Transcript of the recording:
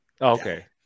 okay